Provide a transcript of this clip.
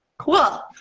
cool,